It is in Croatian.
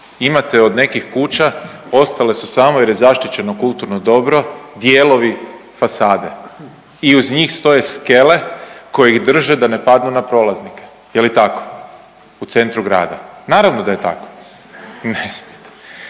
imate od nekih kuća ostale su samo jer je zaštićeno kulturno dobro, dijelovi fasade i uz njih stoje skele koje ih drže da ne padnu na prolaznike. Je li tako u centru grada? Naravno da je tako. To je